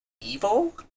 evil